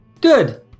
Good